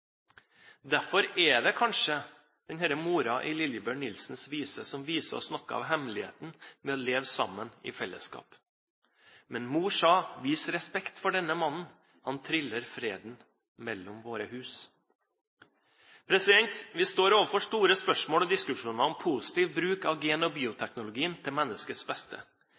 Derfor er det kanskje denne moren i Lillebjørn Nilsens vise som viser oss noe av hemmeligheten ved å leve sammen i fellesskap. «Men mor sa: «Vis respekt for denne mannen! Han triller freden mellom våre hus.»» Vi står overfor store spørsmål og diskusjoner om positiv bruk av gen- og bioteknologien til menneskets beste,